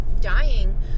dying